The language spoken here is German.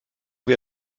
wir